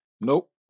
Nope